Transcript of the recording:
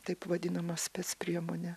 taip vadinama spec priemonė